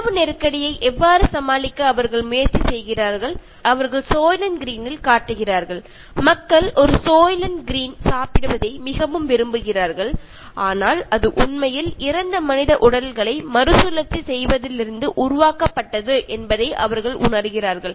உணவு நெருக்கடியை எவ்வாறு சமாளிக்க அவர்கள் முயற்சி செய்கிறார்கள் அவர்கள் சோய்லென்ட் க்ரீனில் காட்டுகிறார்கள் மக்கள் ஒரு சோய்லண்ட் கிரீன் சாப்பிடுவதை மிகவும் விரும்புகிறார்கள் ஆனால் அது உண்மையில் இறந்த மனித உடல்களை மறுசுழற்சி செய்வதிலிருந்து உருவாக்கப்பட்டது என்பதை அவர்கள் உணர்கிறார்கள்